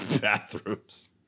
bathrooms